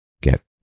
get